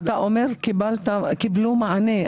אתה אומר קיבלו מענה,